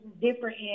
different